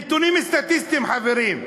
נתונים סטטיסטיים, חברים: